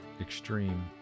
extreme